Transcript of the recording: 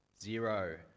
Zero